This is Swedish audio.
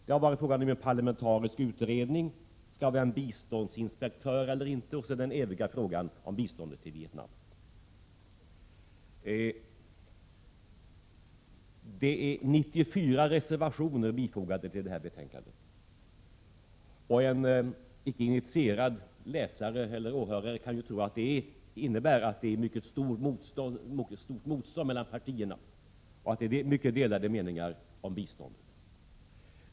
Det har varit fråga om en parlamentarisk utredning, om vi skall ha en biståndsinspektör eller inte och till sist den eviga frågan om biståndet till Vietnam. 94 reservationer har bifogats betänkandet. En icke initierad läsare eller åhörare kan tro att det innebär att det råder mycket stora åsiktsskillnader mellan partierna, att det finns många delade meningar om biståndet.